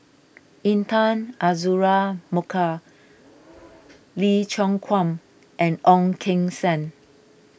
Intan Azura Mokhtar Lee Choon Guan and Ong Keng Sen